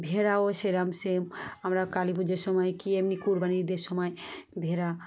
ভেড়াও সেরকম সেম আমরা কালী পুজোর সময় কি এমনি কুরবানি ঈদের সময় ভেড়া